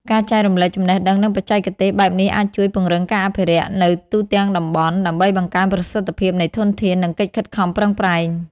ការចែករំលែកចំណេះដឹង និងបច្ចេកទេសបែបនេះអាចជួយ ពង្រឹងការអភិរក្ស នៅទូទាំងតំបន់ ដោយបង្កើនប្រសិទ្ធភាពនៃធនធាន និងកិច្ចខិតខំប្រឹងប្រែង។